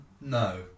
No